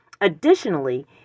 Additionally